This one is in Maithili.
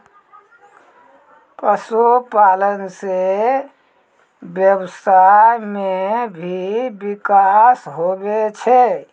पशुपालन से व्यबसाय मे भी बिकास हुवै छै